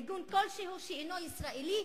ארגון כלשהו שאינו ישראלי,